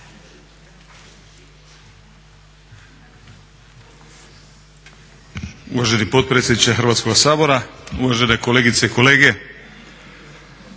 Uvaženi potpredsjedniče Hrvatskoga sabora, uvažene kolegice i kolege